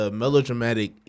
melodramatic